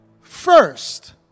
first